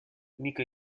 nico